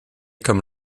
comme